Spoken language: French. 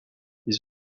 les